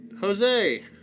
Jose